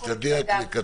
לקצר